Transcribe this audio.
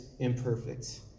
Imperfect